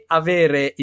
avere